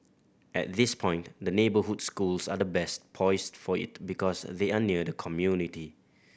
at this point the neighbourhood schools are best poised for it because they are near the community